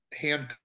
hand